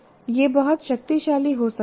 यह बहुत शक्तिशाली हो सकता है